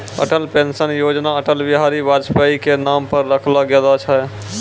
Atal pension योजना अटल बिहारी वाजपेई के नाम पर रखलो गेलो छै